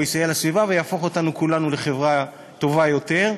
הוא יסייע לסביבה ויהפוך אותנו כולנו לחברה טובה יותר,